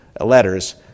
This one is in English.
letters